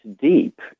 deep